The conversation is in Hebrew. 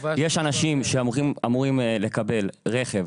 יש אנשים שאמורים לקבל רכב